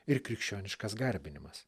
ir krikščioniškas garbinimas